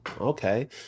Okay